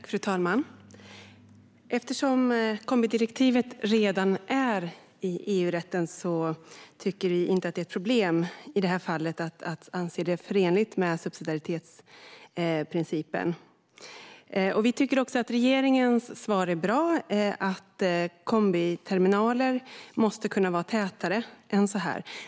Fru talman! Eftersom kombidirektivet redan är i EU-rätten tycker vi inte i det här fallet att det är ett problem att anse det förenligt med subsidiaritetsprincipen. Vi tycker att regeringens svar är bra - kombiterminaler måste kunna finnas tätare än vad som är fallet.